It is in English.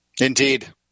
Indeed